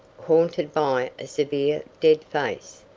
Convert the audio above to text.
haunted by a severe dead face.